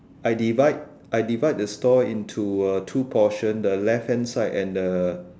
I divide I divide the store into two portion the left hand side and the